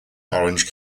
orange